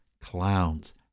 clowns